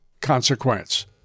consequence